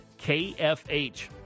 KFH